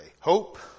Hope